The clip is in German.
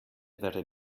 wäre